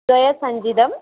द्वय सञ्चिकाम्